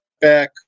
back